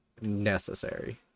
necessary